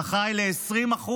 שאחראי ל-20%